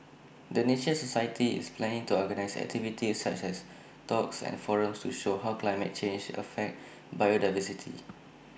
the nature society is planning to organise activities such as talks and forums to show how climate change affects biodiversity